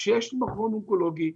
כשיש מכון אונקולוגי,